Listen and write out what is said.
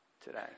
today